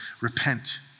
repent